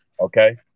okay